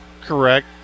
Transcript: Correct